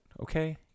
okay